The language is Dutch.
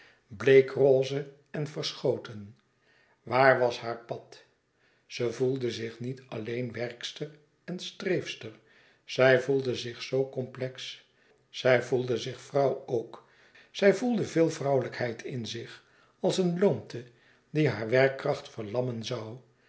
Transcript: bleek rose en verschoten waar was haar pad zij voelde zich niet alleen werkster en streefster zij voelde zich zoo complex zij voelde zich vrouw ook zij voelde veel vrouwelijkheid in zich als een loomte die haar